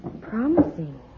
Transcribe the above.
Promising